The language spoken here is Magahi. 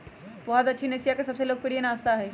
पोहा दक्षिण एशिया के सबसे लोकप्रिय नाश्ता हई